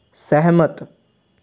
ਸਹਿਮਤ